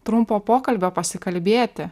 trumpo pokalbio pasikalbėti